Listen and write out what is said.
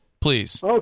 please